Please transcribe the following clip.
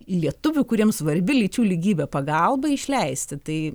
lietuvių kuriems svarbi lyčių lygybė pagalba išleisti tai